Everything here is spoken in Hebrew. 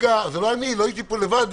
זה לא אני, לא הייתי פה לבד.